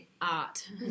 art